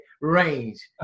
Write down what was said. range